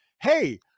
hey